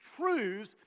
truths